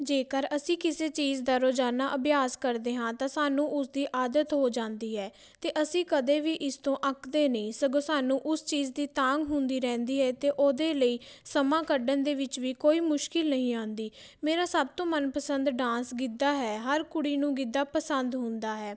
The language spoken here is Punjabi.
ਜੇਕਰ ਅਸੀਂ ਕਿਸੇ ਚੀਜ਼ ਦਾ ਰੋਜ਼ਾਨਾ ਅਭਿਆਸ ਕਰਦੇ ਹਾਂ ਤਾਂ ਸਾਨੂੰ ਉਸਦੀ ਆਦਤ ਹੋ ਜਾਂਦੀ ਹੈ ਅਤੇ ਅਸੀਂ ਕਦੇ ਵੀ ਇਸ ਤੋਂ ਅੱਕਦੇ ਨਹੀਂ ਸਗੋਂ ਸਾਨੂੰ ਉਸ ਚੀਜ਼ ਦੀ ਤਾਂਘ ਹੁੰਦੀ ਰਹਿੰਦੀ ਹੈ ਅਤੇ ਉਹਦੇ ਲਈ ਸਮਾਂ ਕੱਢਣ ਦੇ ਵਿੱਚ ਵੀ ਕੋਈ ਮੁਸ਼ਕਿਲ ਨਹੀਂ ਆਉਂਦੀ ਮੇਰਾ ਸਭ ਤੋਂ ਮਨਪਸੰਦ ਡਾਂਸ ਗਿੱਧਾ ਹੈ ਹਰ ਕੁੜੀ ਨੂੰ ਗਿੱਧਾ ਪਸੰਦ ਹੁੰਦਾ ਹੈ